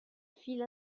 file